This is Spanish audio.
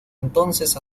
entonces